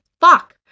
Fuck